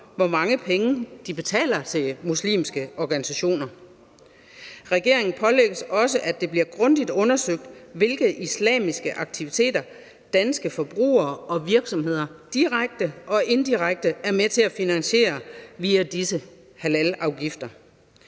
hvor mange penge de betaler til muslimske organisationer. Regeringen pålægges også, at det bliver grundigt undersøgt, hvilke islamiske aktiviteter danske forbrugere og virksomheder direkte og indirekte er med til at finansiere via disse halalafgifter.